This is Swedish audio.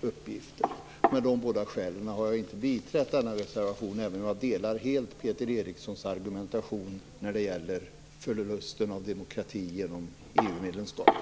uppgifter. Av dessa båda skäl har jag inte biträtt denna reservation, även om jag helt delar Peter Erikssons argumentation när det gäller förlusten av demokrati genom EU-medlemskapet.